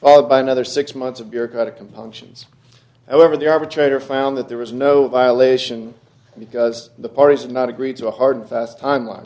by another six months of bureaucratic compunctions however the arbitrator found that there was no violation because the parties not agreed to a hard and fast timeline